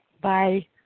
Bye